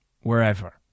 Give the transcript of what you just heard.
wherever